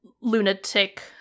lunatic